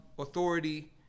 Authority